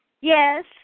Yes